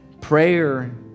Prayer